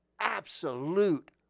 absolute